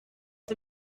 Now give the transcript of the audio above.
est